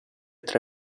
tre